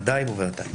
כן, בוודאי ובוודאי.